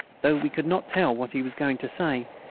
though we could not tell what he was going to say,